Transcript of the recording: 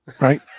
right